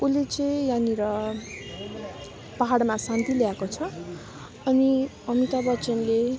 उसले चाहिँ यहाँनिर पाहाडमा शान्ति ल्याएको छ अनि अमिताभ बच्चनले